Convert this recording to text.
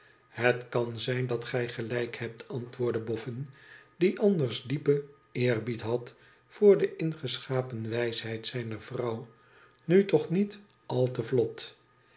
het kan sijn dat gij gelijk hebt antwoordde boffin die anders diepen eerbied had voor de ingeschapen wijsheid zijner vrouw nu coch niet al te vlot